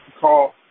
call